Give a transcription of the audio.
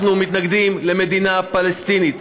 אנחנו מתנגדים למדינה פלסטינית.